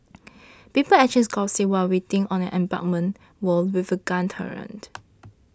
people exchanged gossip while sitting on an embankment wall with a gun turret